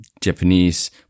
Japanese